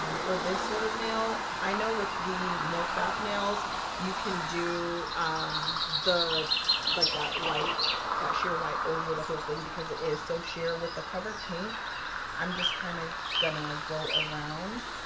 um for this sort of nail. i know with the milk bath nails you can do um the like that white that sheer white over the whole thing because it is so shared with the cover pink i'm just kind of gonna go around